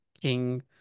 king